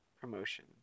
promotion